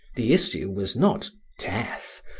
the issue was not death,